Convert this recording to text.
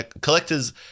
collectors